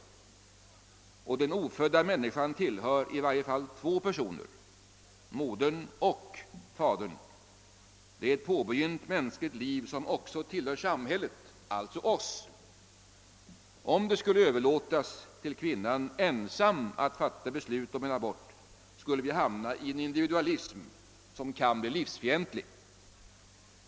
Den ofödda människan tillhör i varje fall två personer, modern och fadern. Det är ett påbörjat mänskligt liv som också tillhör samhället, alltså oss. Om det skulle överlåtas till kvinnan ensam att fatta beslut om en abort, skulle vi hamna i en individualism som kan bli livsfientlig.